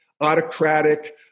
autocratic